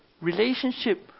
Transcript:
relationship